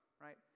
right